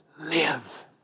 Live